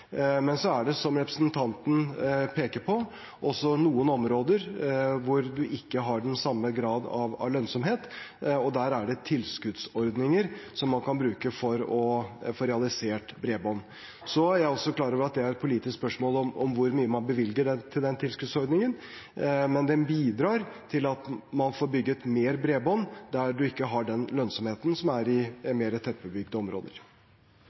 Men så er det, som representanten peker på, også noen områder hvor man ikke har samme grad av lønnsomhet, og der er det tilskuddsordninger som kan brukes for å få realisert bredbånd. Så er jeg også klar over at det er et politisk spørsmål hvor mye man bevilger til den tilskuddsordningen, men den bidrar til at man får bygd mer bredbånd der man ikke har den lønnsomheten som er i mer tettbebygde områder.